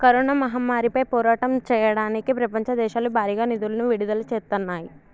corona మహమ్మారిపై పోరాటం చెయ్యడానికి ప్రపంచ దేశాలు భారీగా నిధులను విడుదల చేత్తన్నాయి